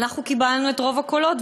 אנחנו קיבלנו את רוב הקולות,